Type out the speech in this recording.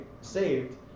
saved